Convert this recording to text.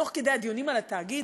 תוך כדי הדיונים על התאגיד,